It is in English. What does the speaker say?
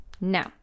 Now